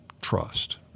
trust